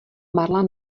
marla